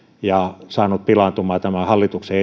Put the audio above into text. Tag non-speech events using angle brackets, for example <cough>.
ja saanut pilaantumaan tämän hallituksen <unintelligible>